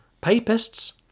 papists